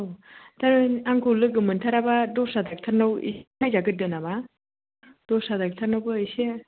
औ नों आंखौ लोगो मोनथाराबा दस्रा ड'क्टरनाव एसे नायजा गोरदो नामा दस्रा ड'क्टरनावबो एसे